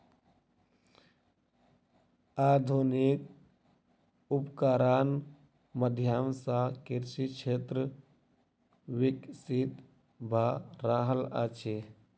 आधुनिक उपकरणक माध्यम सॅ कृषि क्षेत्र विकसित भ रहल अछि